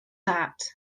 that